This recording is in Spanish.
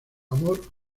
amor